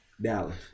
Dallas